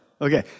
Okay